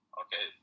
okay